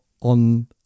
on